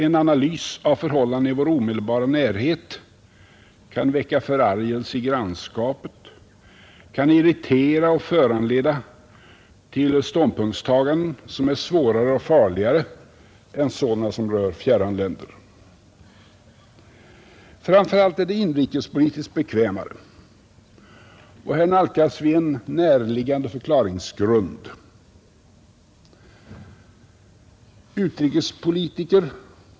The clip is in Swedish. En analys om förhållandena i vår omedelbara närhet kan väcka förargelse i grannskapet, kan irritera och föranleda ståndspunktstaganden som är svårare och farligare än sådana som rör fjärran länder. Framför allt är det inrikespolitiskt bekvämare, och här nalkas vi en närliggande förklaringsgrund.